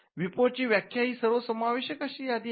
विपो ची व्याख्या ही सर्वसमावेशक अशी यादी आहे